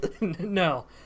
No